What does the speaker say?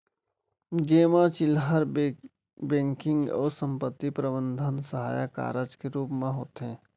जेमा चिल्लहर बेंकिंग अउ संपत्ति प्रबंधन सहायक कारज के रूप म होथे